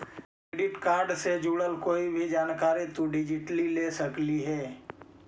credit card से जुड़ल कोई भी जानकारी तु डिजिटली ले सकलहिं हे